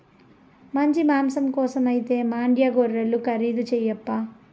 మంచి మాంసం కోసమైతే మాండ్యా గొర్రెలు ఖరీదు చేయప్పా